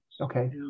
Okay